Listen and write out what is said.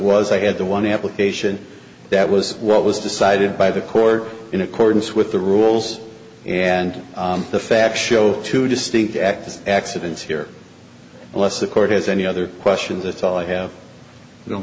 was i had the one application that was what was decided by the court in accordance with the rules and the facts show two distinct active accidents here unless the court has any other questions at all i have